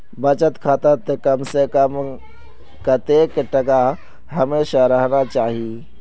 बचत खातात कम से कम कतेक टका हमेशा रहना चही?